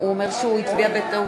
בעד טלי פלוסקוב,